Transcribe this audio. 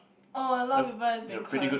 oh a lot of people has been calling